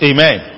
Amen